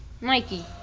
Nike